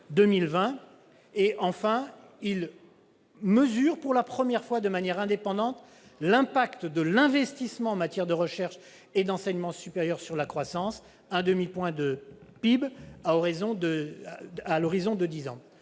Il mesure en outre, pour la première fois de manière indépendante, l'impact de l'investissement en matière de recherche et d'enseignement supérieur sur la croissance, c'est-à-dire un demi-point de PIB à l'horizon de dix ans.